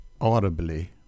audibly